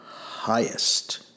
highest